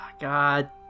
God